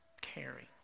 caring